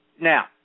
Now